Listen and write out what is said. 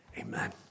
Amen